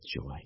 joy